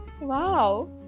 wow